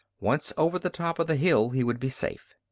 once over the top of the hill he would be safe.